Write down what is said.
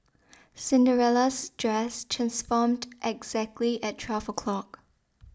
Cinderella's dress transformed exactly at twelve o'clock